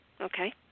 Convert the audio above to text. Okay